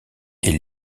est